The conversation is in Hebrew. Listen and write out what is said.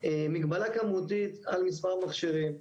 מגבלה כמותית על מספר מכשירים,